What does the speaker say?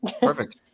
Perfect